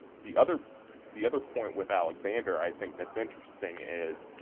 the other the other point with alexander i think that is interesting is,